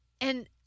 and-